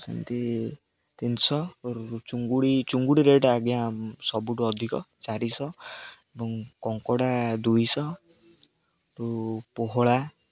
ସେମିତି ତିନିଶହ ଚୁଙ୍ଗୁଡ଼ି ଚୁଙ୍ଗୁଡ଼ି ରେଟ୍ ଆଜ୍ଞା ସବୁଠୁ ଅଧିକ ଚାରିଶହ ଏବଂ କଙ୍କଡ଼ା ଦୁଇଶହ ପୋହଳା